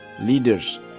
leaders